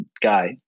guy